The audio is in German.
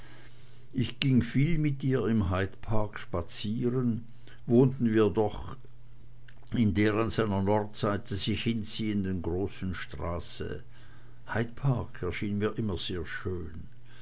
ich ging viel mit ihr im hyde park spazieren wohnten wir doch in der an seiner nordseite sich hinziehenden großen straße hyde park erschien mir immer sehr schön